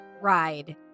ride